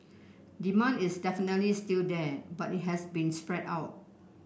demand is definitely still there but it has been spread out